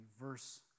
verse